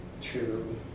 true